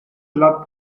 lat